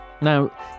Now